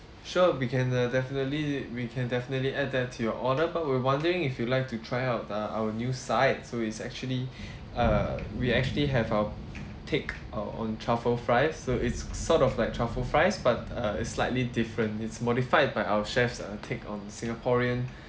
sure we can uh definitely we can definitely add that to your order but we're wondering if you'd like to try out uh our new side so it's actually uh we actually have our take uh on truffle fries so it's sort of like truffle fries but uh slightly different it's modified by our chef's take on singaporean